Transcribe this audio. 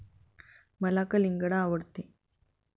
मला कलिंगड आवडते